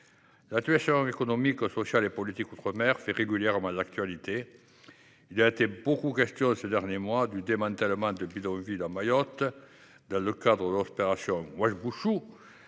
La situation économique, sociale et politique en outre mer fait régulièrement l’actualité. Il a beaucoup été question ces derniers mois du démantèlement de bidonvilles à Mayotte, dans le cadre de l’opération Wuambushu.